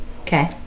Okay